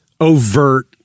overt